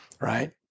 right